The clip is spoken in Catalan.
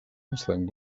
instant